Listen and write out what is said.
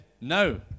No